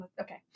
okay